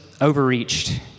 overreached